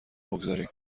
بگذاریم